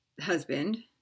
husband